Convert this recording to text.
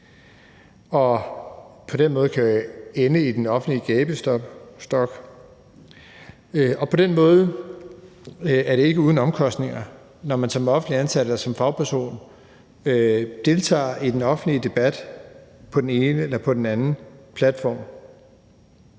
og på den måde kan ende i den offentlige gabestok. På den måde er det ikke uden omkostninger, når man som offentligt ansat eller som fagperson deltager i den offentlige debat på den ene eller den anden platform.